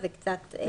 ולא יחולו פסקאות (7),